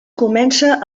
comença